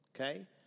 Okay